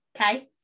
okay